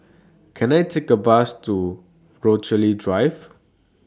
Can I Take A Bus to Rochalie Drive